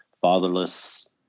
fatherless